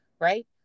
right